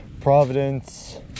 Providence